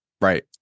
right